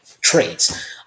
trades